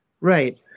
Right